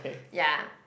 ya